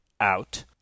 out